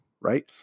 right